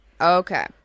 Okay